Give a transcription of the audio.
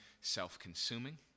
self-consuming